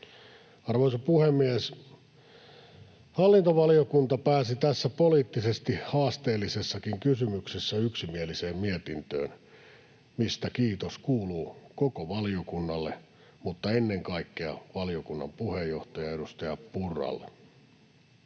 Arvoisa puhemies! Hallintovaliokunta pääsi tässä poliittisesti haasteellisessakin kysymyksessä yksimieliseen mietintöön, mistä kiitos kuuluu koko valiokunnalle mutta ennen kaikkea valiokunnan puheenjohtajalle, edustaja Purralle.